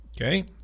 Okay